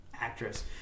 actress